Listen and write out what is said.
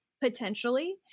potentially